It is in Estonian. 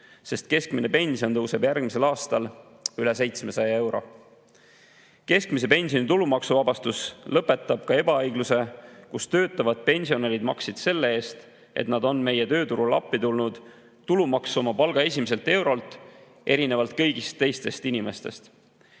sest keskmine pension tõuseb järgmisel aastal üle 700 euro. Keskmise pensioni tulumaksuvabastus lõpetab ebaõigluse, kus töötavad pensionärid maksid selle eest, et nad on meie tööturul appi tulnud, tulumaksu oma palga esimesest eurost, seda erinevalt kõigist teistest inimestest.